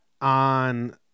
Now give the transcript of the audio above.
on